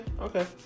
okay